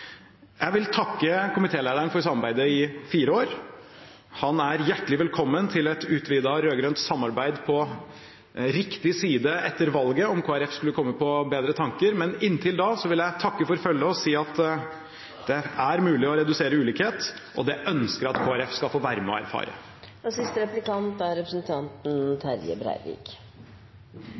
Jeg vil takke komitélederen for samarbeidet i fire år. Han er hjertelig velkommen til et utvidet rød-grønt samarbeid på riktig side etter valget, om Kristelig Folkeparti skulle komme på bedre tanker, men inntil da vil jeg takke for følget og si at det er mulig å redusere ulikhet, og det ønsker jeg at Kristelig Folkeparti skal få være med å erfare.